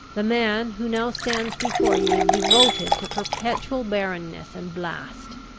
the man who now stands before you is devoted to perpetual barrenness and blast!